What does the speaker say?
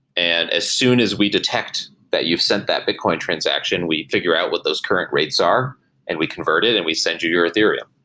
and as soon as we detect that you've sent that bitcoin transaction, we figure out what those current rates are and we convert it and we send you your ethereum,